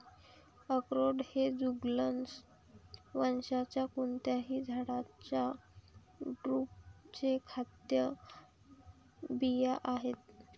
अक्रोड हे जुगलन्स वंशाच्या कोणत्याही झाडाच्या ड्रुपचे खाद्य बिया आहेत